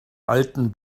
alten